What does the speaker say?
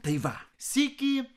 tai va sykį